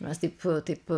mes taip taip